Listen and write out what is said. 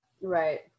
Right